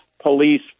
police